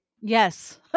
Yes